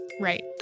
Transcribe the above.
right